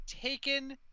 taken